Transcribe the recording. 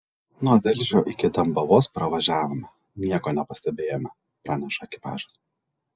nuo velžio iki dembavos pravažiavome nieko nepastebėjome praneša ekipažas